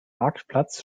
marktplatz